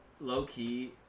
low-key